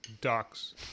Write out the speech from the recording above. Ducks